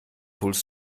holst